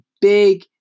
big